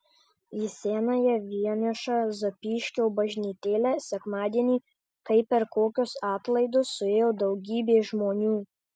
į senąją vienišą zapyškio bažnytėlę sekmadienį kaip per kokius atlaidus suėjo daugybė žmonių